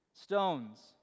Stones